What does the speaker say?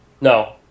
No